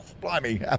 blimey